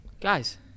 Guys